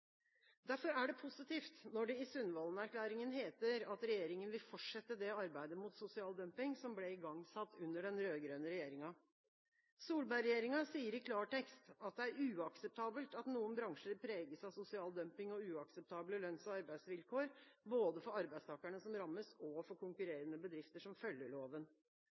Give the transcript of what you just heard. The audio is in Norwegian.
Derfor er det positivt når det i Sundvolden-erklæringa heter at regjeringa vil «fortsette arbeidet mot sosial dumping», som ble igangsatt under den rød-grønne regjeringa. Solberg-regjeringa sier i klartekst at det er uakseptabelt at noen bransjer preges av sosial dumping og uakseptable lønns- og arbeidsvilkår, både for arbeidstakerne som rammes, og for konkurrerende bedrifter som følger loven.